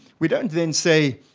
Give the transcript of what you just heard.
we don't then say,